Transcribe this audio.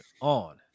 on